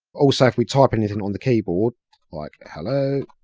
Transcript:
also if we type anything on the keyboard like hello